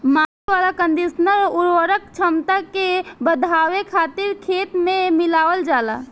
माटी वाला कंडीशनर उर्वरक क्षमता के बढ़ावे खातिर खेत में मिलावल जाला